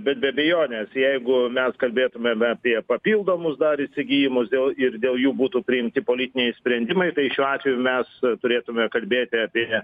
bet be abejonės jeigu mes kalbėtumėm apie papildomus dar įsigijimus dėl ir dėl jų būtų priimti politiniai sprendimai tai šiuo atveju mes turėtume kalbėti apie